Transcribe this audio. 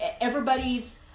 everybody's